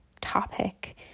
topic